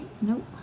Nope